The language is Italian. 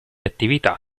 attività